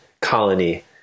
colony